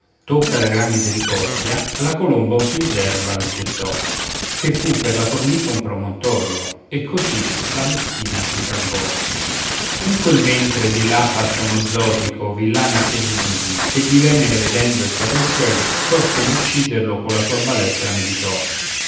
tocca da gran misericordia la colomba un fil d'erba le gettò che fu per la formica un promontorio e così la meschina si salvò in quel mentre di là passa uno zotico villano a piedi nudi che di venere vedendo il sacro uccel tosto d'ucciderlo con una sua balestra meditò e